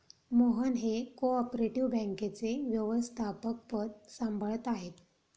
मोहन हे cooperative बँकेचे व्यवस्थापकपद सांभाळत आहेत